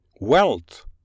Wealth